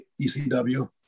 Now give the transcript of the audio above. ECW